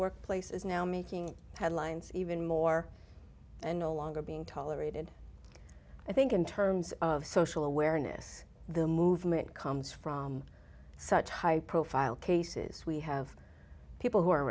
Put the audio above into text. workplace is now making headlines even more and no longer being tolerated i think in terms of social awareness the movement comes from such high profile cases we have people who are